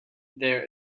their